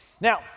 now